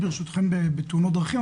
ברשותכם אני רוצה להתמקד בתאונות דרכים,